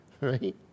right